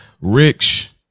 Rich